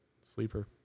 Sleeper